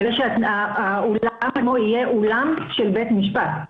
לזה שהאולם יהיה אולם של בית משפט,